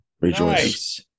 Rejoice